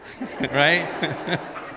right